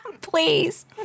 Please